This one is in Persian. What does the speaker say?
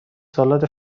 سالاد